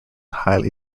highly